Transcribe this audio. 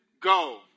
go